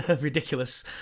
ridiculous